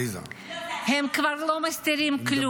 הם כבר לא מסתירים כלום.